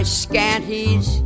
scanties